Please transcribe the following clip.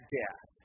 death